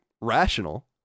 rational